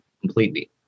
completely